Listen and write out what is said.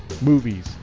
movies